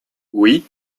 oui